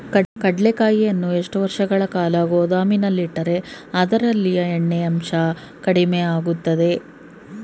ಕಡ್ಲೆಕಾಯಿಯನ್ನು ಎಷ್ಟು ವರ್ಷಗಳ ಕಾಲ ಗೋದಾಮಿನಲ್ಲಿಟ್ಟರೆ ಅದರಲ್ಲಿಯ ಎಣ್ಣೆ ಅಂಶ ಕಡಿಮೆ ಆಗುತ್ತದೆ?